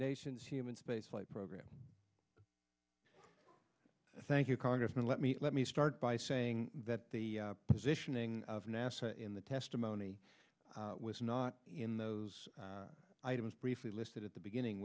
nation's human spaceflight program thank you congressman let me let me start by saying that the positioning of nasa in the testimony was not in those items briefly listed at the beginning